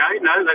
no